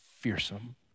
fearsome